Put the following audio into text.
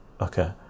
okay